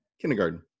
Kindergarten